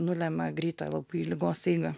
nulemia greitą labai ligos eigą